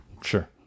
Sure